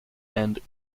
and